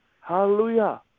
Hallelujah